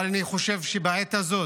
אבל אני חושב שבעת הזאת